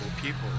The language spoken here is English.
people